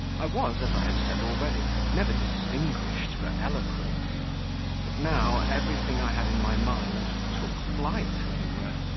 i was, as i have said already, never distinguished for eloquence but now everything i had in my mind took flight, as it were,